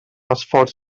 esforç